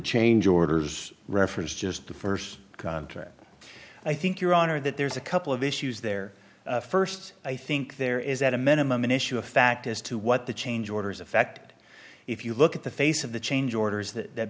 change orders reference just the first contract i think your honor that there's a couple of issues there first i think there is at a minimum an issue of fact as to what the change orders effect if you look at the face of the change orders that